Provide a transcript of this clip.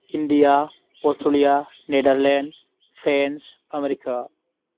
India Australia Netherlands France America